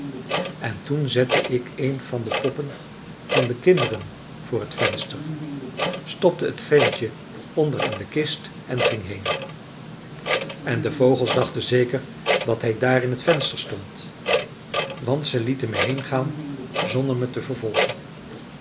en toen zette ik een van de poppen van de kinderen voor het venster stopte het ventje onder in de kist en ging heen en de vogels dachten zeker dat hij daar in t venster stond want ze lieten me heengaan zonder me te vervolgen